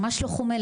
ממש לא מוחל,